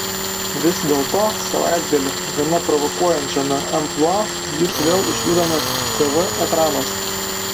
vis dėlto savaitgalį gana provokuojančiame amplua jus vėl išvydome tv ekranuose